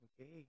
okay